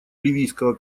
ливийского